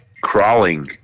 crawling